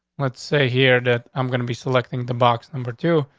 let's say here that i'm gonna be selecting the box number two.